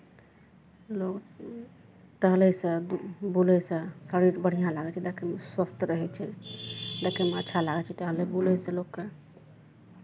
लोक टहलयसँ बुलयसँ शरीर बढ़िआँ लागै छै देखैमे स्वस्थ रहै छै देखैमे अच्छा लागै छै टहलै बुलै से लोकके